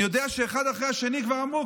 אני יודע שאחד אחרי השני כבר אמרו,